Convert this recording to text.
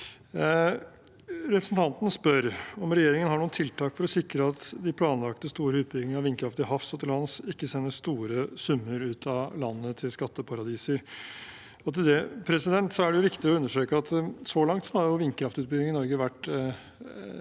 Representanten Moxnes spør om regjeringen har noen tiltak for å sikre at de planlagte store utbyggingene av vindkraft til havs og til lands ikke sender store summer ut av landet, til skatteparadiser. Da er det viktig å understreke at så langt har vindkraftutbygging i Norge vært